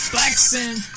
Flexing